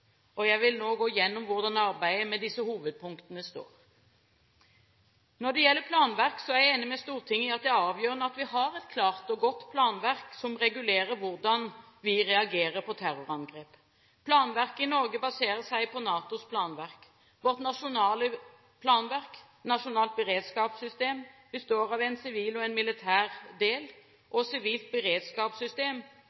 Jeg vil nå gå gjennom hvordan arbeidet med disse hovedpunktene står. Når det gjelder planverk, er jeg enig med Stortinget i at det er avgjørende at vi har et klart og godt planverk som regulerer hvordan vi reagerer på terrorangrep. Planverket i Norge baserer seg på NATOs planverk. Vårt nasjonale planverk, nasjonalt beredskapssystem, består av en sivil og en militær del